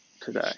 today